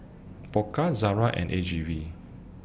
Pokka Zara and A G V